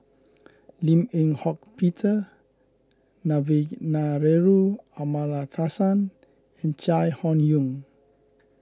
Lim Eng Hock Peter Amallathasan and Chai Hon Yoong